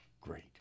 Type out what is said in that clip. great